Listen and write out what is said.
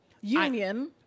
Union